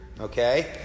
Okay